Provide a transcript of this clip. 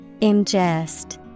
Ingest